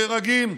נהרגים.